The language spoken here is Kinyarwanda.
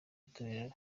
itorero